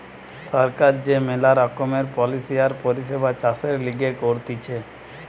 সরকার যে মেলা রকমের পলিসি আর পরিষেবা চাষের লিগে করতিছে